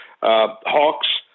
Hawks